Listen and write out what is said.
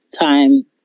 time